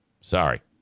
Sorry